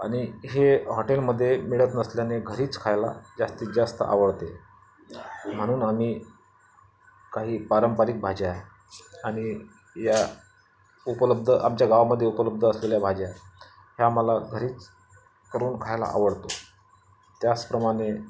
आणि हे हॉटेलमध्ये मिळत नसल्याने घरीच खायला जास्तीत जास्त आवडते म्हणून आम्ही काही पारंपरिक भाज्या आणि या उपलब्ध आमच्या गावामध्ये उपलब्ध असलेल्या भाज्या ह्या मला घरीच करून खायला आवडतो त्याचप्रमाणे